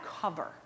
cover